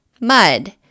mud